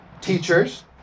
teachers